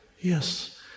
Yes